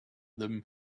them